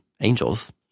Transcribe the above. angels